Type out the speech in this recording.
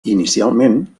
inicialment